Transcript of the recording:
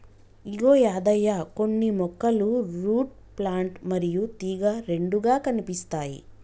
ఇగో యాదయ్య కొన్ని మొక్కలు root plant మరియు తీగ రెండుగా కనిపిస్తాయి